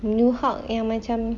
new hulk yang macam